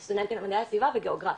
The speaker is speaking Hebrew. זה סטודנטים למדעי הסביבה וגיאוגרפיה,